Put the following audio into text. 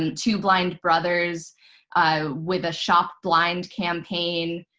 and two blind brothers with a shop blind campaign,